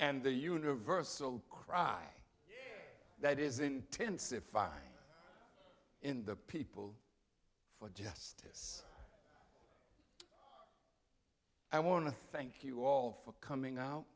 and the universal cry that is intensifying in the people for justice i want to thank you all for coming out